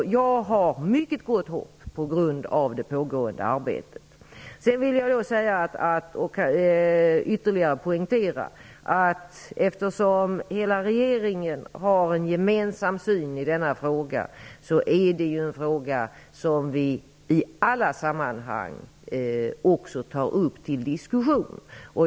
Jag har på grund av det pågående arbetet ett mycket gott hopp om att finna sådana former. Jag vill ytterligare poängtera att hela regeringen har en gemensam syn i denna fråga och att detta är något som vi i alla sammanhang tar upp till diskussion.